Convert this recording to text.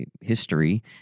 history